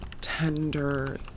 tender